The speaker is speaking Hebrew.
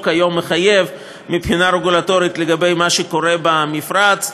היום מחייב מבחינה רגולטורית לגבי מה שקורה במפרץ.